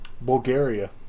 Bulgaria